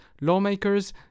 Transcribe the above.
lawmakers